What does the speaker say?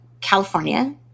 California